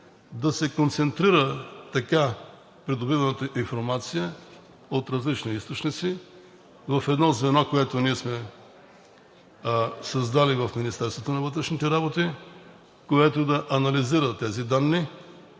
да се концентрира така придобиваната информация от различните източници в едно звено, което ние сме създали в Министерството на вътрешните работи, което да анализира тези данни